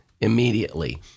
immediately